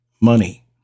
money